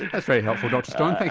that's very helpful dr stone,